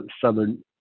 southern